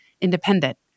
independent